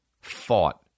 fought